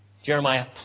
Jeremiah